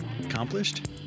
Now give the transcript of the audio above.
accomplished